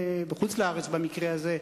בחוץ-לארץ במקרה הזה.